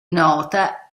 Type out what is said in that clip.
nota